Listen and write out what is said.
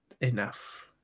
enough